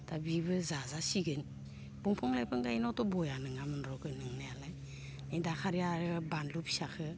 दा बिबो जाजासिगोन बंफां लाइफां गायनायावथ' बया नङामोनर' नंनायालाय नै दाखालि आरो बानलु फिसाखो